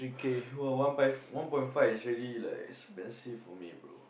bro one one point five is really like expensive for me bro